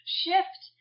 shift